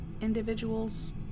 individuals